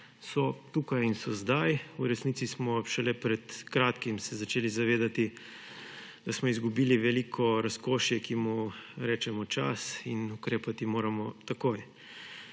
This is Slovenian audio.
So tukaj in so zdaj. V resnici smo se šele pred kratkim začeli zavedati, da smo izgubili veliko razkošje, ki mu rečemo čas; in ukrepati moramo takoj.